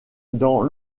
dans